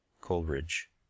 Coleridge